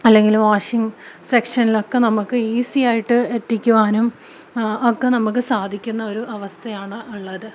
അല്ലെങ്കില് വാഷിംഗ് സെക്ഷനിലൊക്കെ നമുക്ക് ഈസിയായിട്ട് എത്തിക്കുവാനും ഒക്കെ നമുക്ക് സാധിക്കുന്ന ഒരു അവസ്ഥയാണുള്ളത്